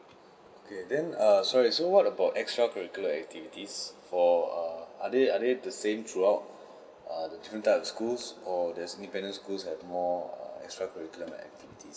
okay then uh sorry so what about extra curricular activities for err are they are they the same throughout err the two types of schools or does independent schools have more err extra curriculum and activities